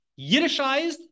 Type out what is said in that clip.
Yiddishized